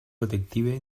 detective